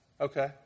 Okay